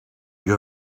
you